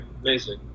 Amazing